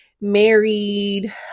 married